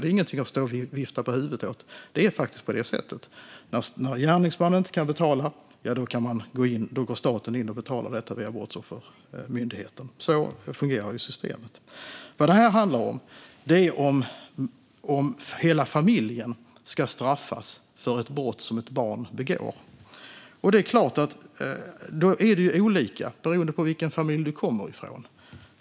Det är ingenting att skaka på huvudet åt, som Tobias Andersson gör nu. Det ligger till så här: Om gärningsmannen inte kan betala gör staten det via Brottsoffermyndigheten. Så fungerar systemet. Vad det handlar om här är huruvida hela familjen ska straffas för ett brott som ett barn begår. Då blir det självfallet olika utfall beroende på vilken familj man kommer ifrån.